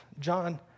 John